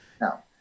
no